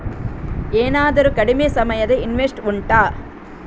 ಏನಾದರೂ ಕಡಿಮೆ ಸಮಯದ ಇನ್ವೆಸ್ಟ್ ಉಂಟಾ